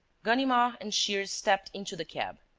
ganimard and shears stepped into the cab.